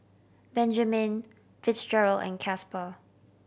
Benjamen Fitzgerald and Casper